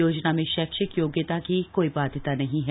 योजना में शैक्षिक योग्यता की कोई बाध्यता नहीं है